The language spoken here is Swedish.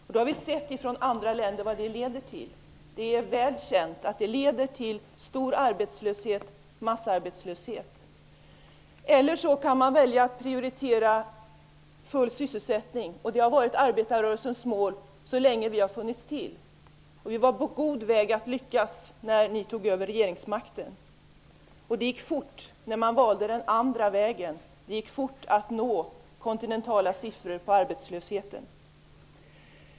I andra länder kan vi se vad det leder till. Det är väl känt att det leder till stor arbetslöshet, till massarbetslöshet. I stället kan man välja att prioritera full sysselsättning, och det har varit arbetarrörelsens mål så länge vi har funnits till. Vi var på god väg att lyckas när ni tog över regeringsmakten. Men det gick fort att nå kontinentala arbetslöshetssiffror när man valde den andra vägen.